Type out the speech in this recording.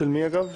של מי, אגב?